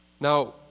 Now